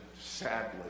sadly